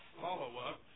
follow-up